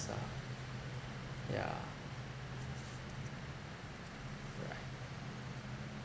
so yeah right